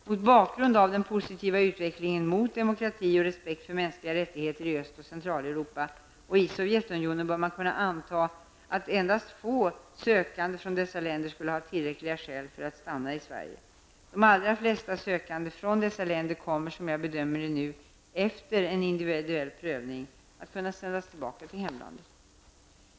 Mot bakgrund av den positiva utvecklingen mot demokrati och respekt för mänskliga rättigheter i Öst och Centraleuropa och i Sovjetunionen, bör man kunna anta att endast få sökande från dessa länder skulle ha tillräckliga skäl att få stanna i Sverige. De allra flesta sökande från dessa länder kommer, som jag bedömer det nu, efter en individuell prövning, att kunna sändas tillbaka till hemlandet.